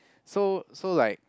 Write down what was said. so so like